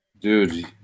Dude